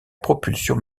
propulsion